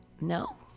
No